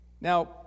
Now